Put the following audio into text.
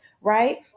right